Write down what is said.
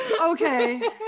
okay